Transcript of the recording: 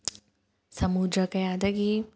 ꯁꯃꯨꯗ꯭ꯔ ꯀꯌꯥꯗꯒꯤ